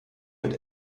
mit